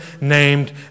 named